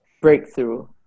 breakthrough